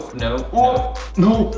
no, no no.